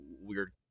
weird